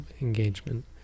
engagement